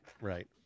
Right